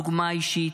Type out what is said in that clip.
דוגמה אישית.